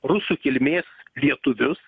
rusų kilmės lietuvius